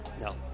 No